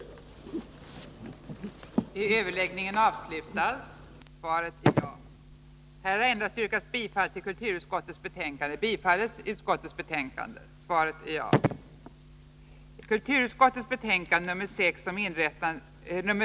Onsdagen den